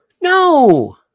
No